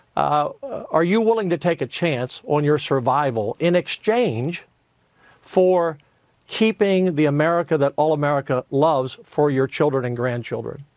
are you willing to take a chance on your survival in exchange for keeping the america that all america loves for your children and grandchildren?